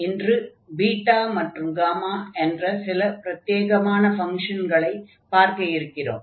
இன்று பீட்டா மற்றும் காமா என்ற சில பிரத்யேகமான ஃபங்ஷன்களை பார்க்க இருக்கிறோம்